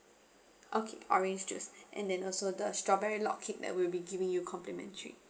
okay orange juice and then also the strawberry log cake that we'll be giving you complimentary